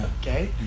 Okay